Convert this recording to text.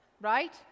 right